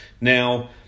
Now